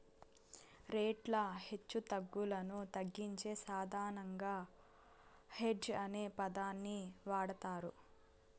రేట్ల హెచ్చుతగ్గులను తగ్గించే సాధనంగా హెడ్జ్ అనే పదాన్ని వాడతారు